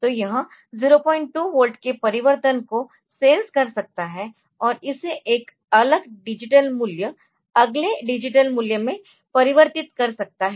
तो यह 02 वोल्ट के परिवर्तन को सेंस कर सकता है और इसे एक अलग डिजिटल मूल्य अगले डिजिटल मूल्य में परिवर्तित कर सकता है